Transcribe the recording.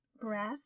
breath